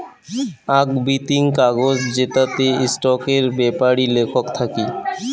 আক বিতিং কাগজ জেতাতে স্টকের বেপারি লেখক থাকি